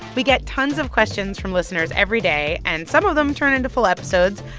we get tons of questions from listeners every day, and some of them turn into full episodes.